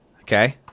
okay